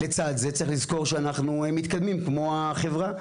לצד זה, צריך לזכור שהם מתקדמים כמו החברה.